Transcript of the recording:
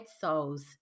souls